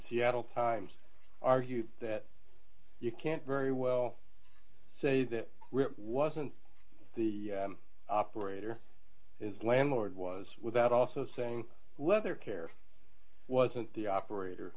seattle times argued that you can't very well say that wasn't the operator is landlord was without also saying whether care wasn't the operator